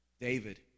David